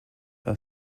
are